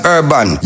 Urban